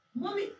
Mommy